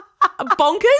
bonkers